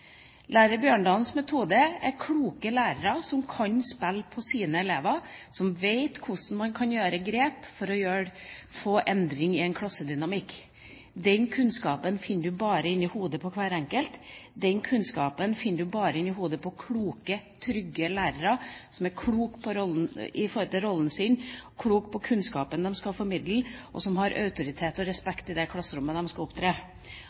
Lærer Bjørndals metode er kloke lærere som kan spille på sine elever, som vet hvordan man kan gjøre grep for å få endring i en klassedynamikk. Den kunnskapen finner du bare inne i hodet på hver enkelt. Den kunnskapen finner du bare inne i hodet på kloke, trygge lærere, som er kloke med hensyn til rollen sin, kloke med hensyn til kunnskapen de skal formidle og som har autoritet og respekt i det klasserommet hvor de skal opptre.